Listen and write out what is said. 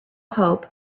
hope